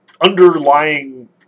underlying